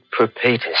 perpetus